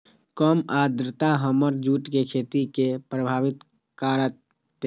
कम आद्रता हमर जुट के खेती के प्रभावित कारतै?